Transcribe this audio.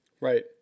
Right